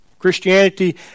Christianity